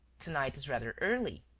to-night is rather early.